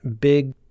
big